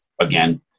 again